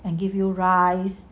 and give you rice